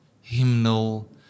hymnal